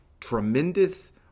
tremendous